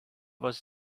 was